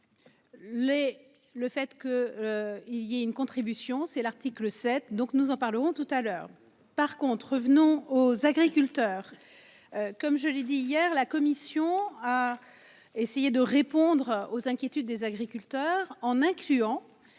le fait que. Il y a une contribution, c'est l'article 7. Donc, nous en parlerons tout à l'heure par contre. Non aux agriculteurs. Comme je l'ai dit hier, la Commission a essayé de répondre aux inquiétudes des agriculteurs en incluant